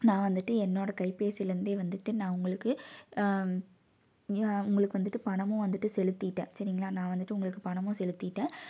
நான் வந்துட்டு என்னோட கைபேசியில் இருந்து வந்துட்டு நான் உங்களுக்கு உங்களுக்கு வந்துட்டு பணமும் வந்துட்டு செலுத்திவிட்டேன் சரிங்களா நான் வந்துட்டு உங்களுக்கு பணமும் செலுத்திவிட்டேன்